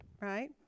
right